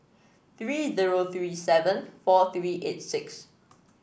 three zero three seven four three eight six